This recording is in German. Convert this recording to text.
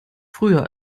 früher